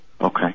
Okay